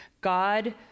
God